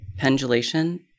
pendulation